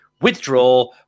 withdraw